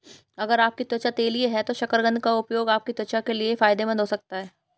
अगर आपकी त्वचा तैलीय है तो शकरकंद का उपयोग आपकी त्वचा के लिए बहुत फायदेमंद हो सकता है